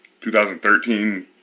2013